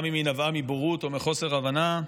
גם אם היא נבעה מבורות או מחוסר הבנה,